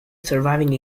surviving